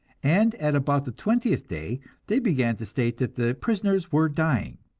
and at about the twentieth day they began to state that the prisoners were dying,